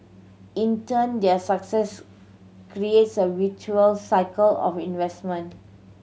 in turn their success creates a virtuous cycle of investment